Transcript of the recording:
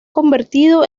convertido